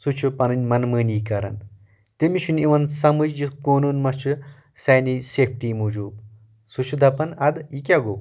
سُہ چھُ پنٕنۍ منمٲنی کران تٔمِس چھُنہٕ یِوان سمٕجھ یہِ قونوٗن مہ چھُ سانہِ سیفٹی موٗجوٗب سُہ چھِ دپان ادٕ یہِ کیٛاہ گوٚو